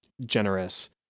generous